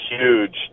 huge